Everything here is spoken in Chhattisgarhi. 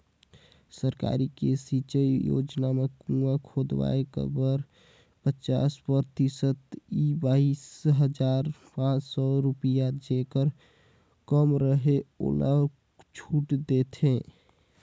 सरकार के सिंचई योजना म कुंआ खोदवाए बर पचास परतिसत य बाइस हजार पाँच सौ रुपिया जेहर कम रहि ओला छूट देथे